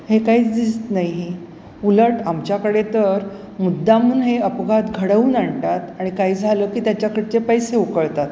हे काहीच दिसत नाही उलट आमच्याकडे तर मुद्दाम हे अपुघात घडवून आणतात आणि काही झालं की त्याच्याकडचे पैसे उकळतात